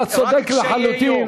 אתה צודק לחלוטין.